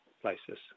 places